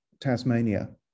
Tasmania